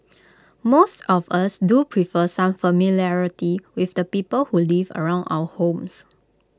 most of us do prefer some familiarity with the people who live around our homes